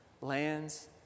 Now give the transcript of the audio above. lands